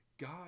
God